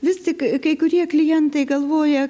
vis tik kai kurie klientai galvoja